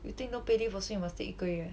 you take no pay leave also must take 一个月